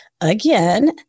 again